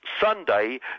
Sunday